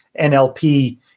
NLP